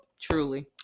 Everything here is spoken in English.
Truly